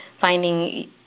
finding